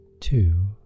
two